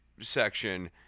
section